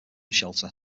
shelter